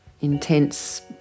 intense